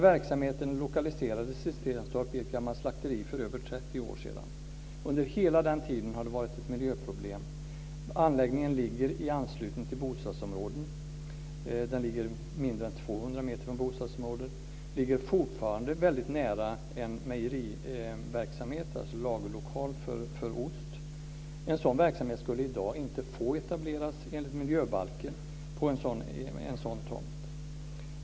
Verksamheten lokaliserades till Stenstorp i ett gammalt slakteri för över 30 år sedan. Under hela den tiden har den varit ett miljöproblem. Anläggningen ligger i anslutning till bostadsområden - den ligger mindre än 200 meter från dem. Den ligger fortfarande väldigt nära en mejeriverksamhet - en lagerlokal för ost. En sådan här verksamhet skulle i dag inte få etableras enligt miljöbalken på en sådan tomt.